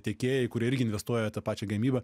tiekėjai kurie irgi investuoja į tą pačią gamybą